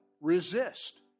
Resist